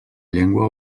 llengua